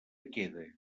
quede